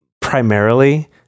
primarily